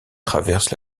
traverse